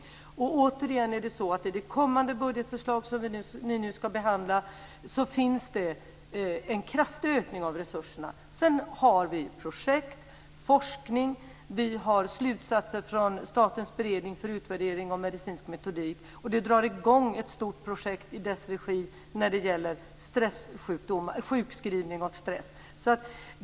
Jag vill återigen säga att det i det budgetförslag som ni nu ska behandla finns en kraftig ökning av resurserna. Sedan har vi projekt och forskning. Vi har slutsatser från statens beredning för utvärdering av medicinsk metodik. Det dras i gång ett stort projekt i dess regi när det gäller sjukskrivning och stress.